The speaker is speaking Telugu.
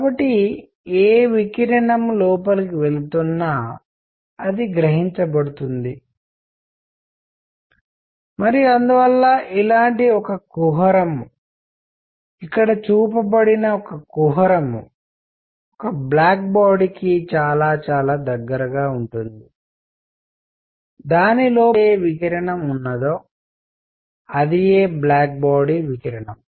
కాబట్టి ఏ వికిరణం లోపలికి వెళుతున్నా అది గ్రహించబడుతుంది మరియు అందువల్ల ఇలాంటి ఒక కుహరం ఇక్కడ చూపబడిన ఒక కుహరం ఒక బ్లాక్ బాడీ కి చాలా చాలా దగ్గరగా ఉంటుంది దాని లోపల ఏదైతే వికిరణం ఉన్నదో అదియే బ్లాక్ బాడీ వికిరణం